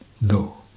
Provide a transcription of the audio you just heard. No